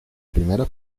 primera